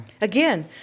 Again